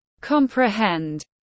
comprehend